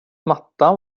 mattan